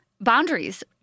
boundaries